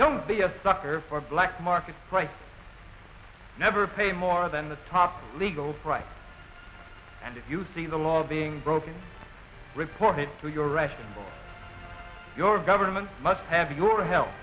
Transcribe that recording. don't be a sucker for black market price never pay more than the top legal price and if you see the law being broken report it to your rest of your government must have your help